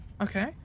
Okay